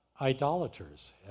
idolaters